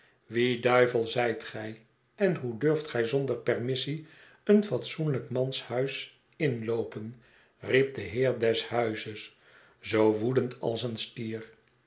wie duivel zijt gij en hoe durft gij zonder permissie een fatsoenlijk mans huis inloopen hep de heer des huizes zoo woedend als een stier